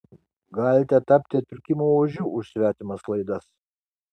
galite tapti atpirkimo ožiu už svetimas klaidas